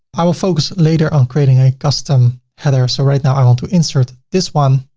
i will focus later on creating a custom header. so right now, i want to insert this one.